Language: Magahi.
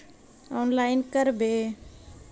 औनलाईन करवे?